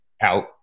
out